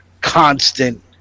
constant